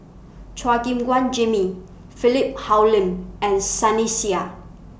Chua Gim Guan Jimmy Philip Hoalim and Sunny Sia